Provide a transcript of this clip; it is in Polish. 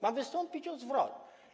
Ma wystąpić o zwrot.